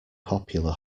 popular